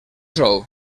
sou